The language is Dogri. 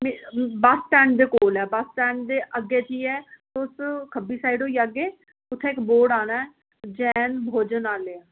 बस स्टैंड दे कोल ऐ बस स्टैंड दे अग्गें जाइयै तुस खब्बी साइड होई जाह्गे उत्थे इक बोर्ड आना ऐ जैन भोजनालय